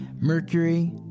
Mercury